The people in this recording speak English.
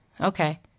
okay